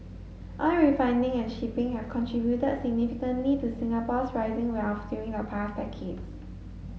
oil refining and shipping have contributed significantly to Singapore's rising wealth during the past decades